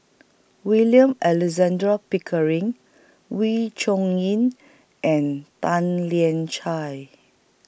William Alexander Pickering Wee Chong Yin and Tan Lian Chye